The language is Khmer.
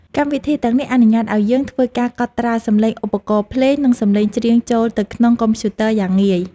កម្មវិធីទាំងនេះអនុញ្ញាតឱ្យយើងធ្វើការកត់ត្រាសំឡេងឧបករណ៍ភ្លេង និង សំឡេងច្រៀងចូលទៅក្នុងកុំព្យូទ័រយ៉ាងងាយ។